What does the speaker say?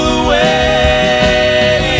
away